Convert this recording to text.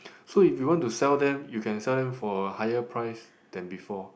so if you want to sell them you can sell them for higher price than before